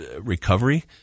recovery